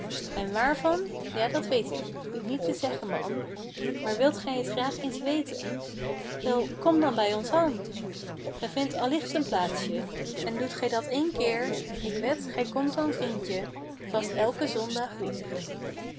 wààrvan ja dat weet ik u niet te zeggen man maar wilt gij t graag eens weten wel kom dan bij ons ân ge vindt allicht een plaatsje en doet gij dat één keer ik wed gij komt dan vriendje vast elken zondag weer